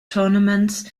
tournaments